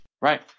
right